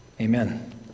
Amen